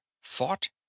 fought